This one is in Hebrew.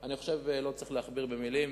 אני חושב שלא צריך להכביר מלים.